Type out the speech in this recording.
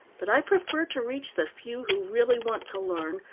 but i prefer to reach the few who really want to learn,